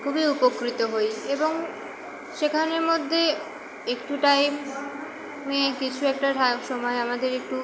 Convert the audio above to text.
খুবই উপকৃত হই এবং সেখানের মধ্যে একটু টাইম নিয়ে কিছু একটা সময় আমাদের একটু